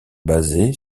basé